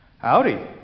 Howdy